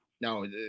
No